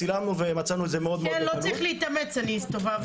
צילמנו --- לא צריך להתאמץ אני הסתובבתי.